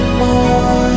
more